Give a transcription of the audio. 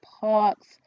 Parks